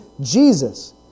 Jesus